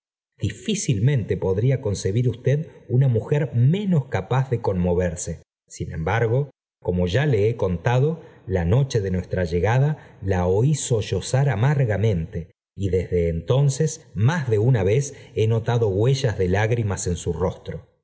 difícilmente podría concebir usted una mujer menos capaz de conmoverse sin embargo como ya le he contado la noche dé nuestra llegada la oí sollozar amargamente y desde entonces más de una vez he notado huellas de lágrimas en su rostro